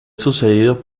sucedido